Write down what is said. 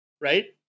Right